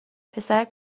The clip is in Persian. پسرک